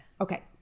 Okay